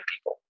people